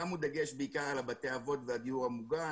שמו דגש בעיקר על בתי האבות והדיור המוגן